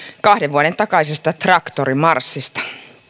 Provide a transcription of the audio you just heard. kahden vuoden takaisesta traktorimarssista